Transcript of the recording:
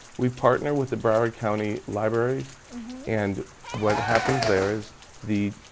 we partner with the broward county libraries and what happens there is the,